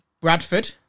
Bradford